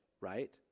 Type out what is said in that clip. right